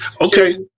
Okay